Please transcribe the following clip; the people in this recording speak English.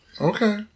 Okay